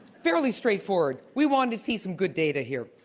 fairly straightforward. we wanted to see some good data here.